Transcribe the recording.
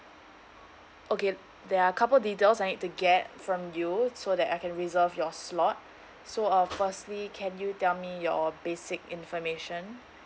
okay there are couple details I need to get from you so that I can reserve your slot so uh firstly can you tell me your basic information